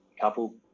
couple